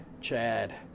Chad